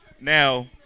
now